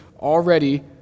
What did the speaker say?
already